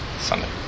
Sunday